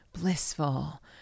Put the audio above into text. blissful